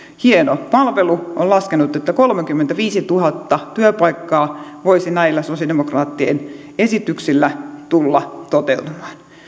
hieno palvelu on laskenut että kolmekymmentäviisituhatta työpaikkaa voisi näillä sosialidemokraattien esityksillä tulla toteutumaan